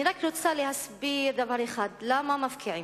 אני רק רוצה להסביר דבר אחד, למה מפקיעים: